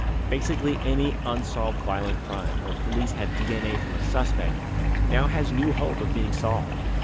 basically any unsolved violent crime where police have dna from a suspect now has new hope of being solved.